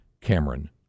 Cameron